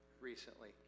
recently